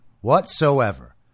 whatsoever